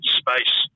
space